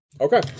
Okay